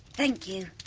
thank you.